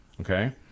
Okay